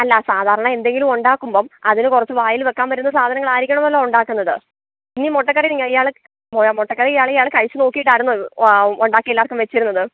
അല്ല സാധാരണ എന്തെങ്കിലും ഉണ്ടാകുമ്പോൾ അതിന് കുറച്ച് വായിൽ വെക്കാൻ പറ്റുന്ന സാധനങ്ങളായിരിക്കണമല്ലോ ഉണ്ടാക്കുന്നത് ഈ മുട്ടക്കറി ഇയാള് മൊ മുട്ടക്കറി ഇയാള് ഇയാള് കഴിച്ച് നോക്കിയിട്ടായിരുന്നോ ഓ ഉണ്ടാക്കി എല്ലാവർക്കും വെച്ചിരുന്നത്